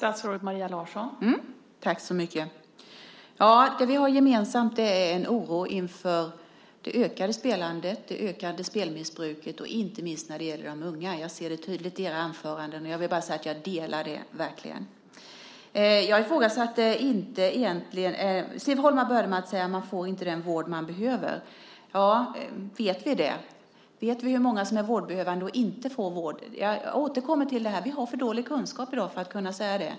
Fru talman! Det vi har är en gemensam oro inför det ökande spelandet, det ökande spelmissbruket, inte minst när det gäller de unga. Jag hör det tydligt i era anföranden. Jag delar verkligen den oron. Siv Holma började med att säga att man inte får den vård man behöver. Vet vi det? Vet vi hur många som är vårdbehövande och inte får vård? Jag återkommer till att vi har för dålig kunskap i dag för att kunna säga det.